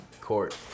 court